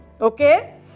Okay